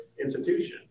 institution